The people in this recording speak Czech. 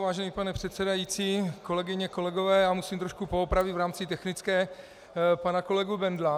Vážený pane předsedající, kolegyně, kolegové, musím trošku poopravit v rámci technické pana kolegu Bendla.